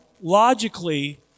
logically